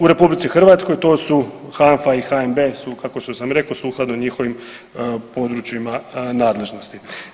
U RH to su HANFA i HNB kao što sam rekao sukladno njihovim područjima nadležnosti.